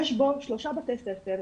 יש בו שלושה בתי ספר,